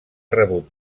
rebut